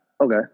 Okay